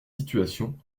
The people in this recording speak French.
situation